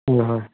হয় হয়